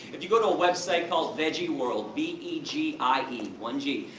if you go to a website called vegieworld v e g i e, one g,